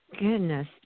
Goodness